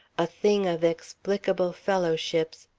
a thing of explicable fellowships,